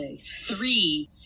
three